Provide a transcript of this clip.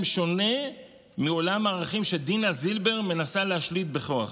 שונה מעולם הערכים שדינה זילבר מנסה להשליט בכוח.